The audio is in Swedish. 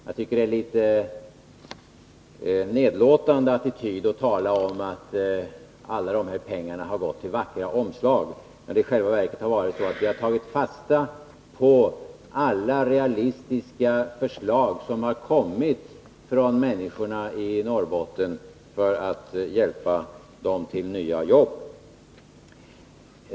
Jag tycker att det är att inta en något nedlåtande attityd att säga att alla dessa pengar har gått till vackra omslag, när det i själva verket har varit så att vi har tagit fasta på alla realistiska förslag som kommit från människorna i Norrbotten för att hjälpa dem till nya jobb.